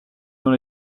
dans